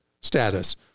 status